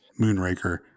Moonraker